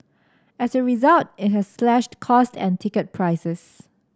as a result it has slashed costs and ticket prices